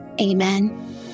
Amen